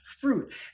fruit